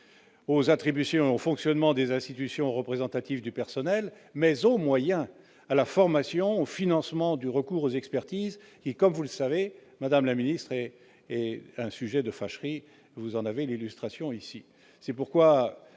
aux attributions et au fonctionnement des institutions représentatives du personnel, mais également aux moyens, à la formation et au financement du recours aux expertises, qui, comme vous le savez, madame la ministre, est un sujet de fâcherie. Vous en avez l'illustration ici. C'est pourquoi